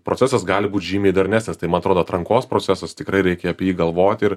procesas gali būt žymiai darnesnis tai man atrodo atrankos procesas tikrai reikia apie jį galvoti ir